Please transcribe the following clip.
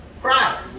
Cry